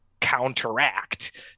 counteract